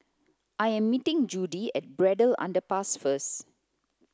I am meeting Judy at Braddell Underpass first